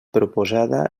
proposada